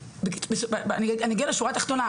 אני אגיע לשורה התחתונה,